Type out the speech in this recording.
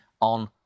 on